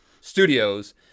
studios